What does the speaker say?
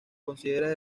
considera